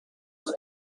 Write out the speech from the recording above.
two